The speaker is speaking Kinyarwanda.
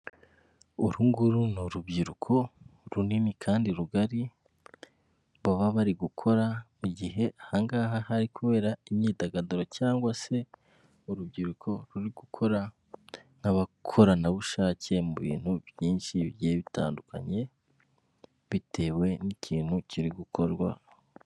Uru nguru ni urubyiruko runini kandi rugari, baba bari gukora mu gihe aha ngaha hari kubera imyidagaduro cyangwa se urubyiruko ruri gukora nk'abakoranabushake mu bintu byinshi bitandukanye, bitewe n'ikintu kiri gukorwa.